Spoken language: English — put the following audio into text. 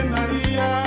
Maria